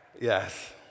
yes